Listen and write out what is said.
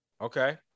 Okay